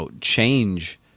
change